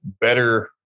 better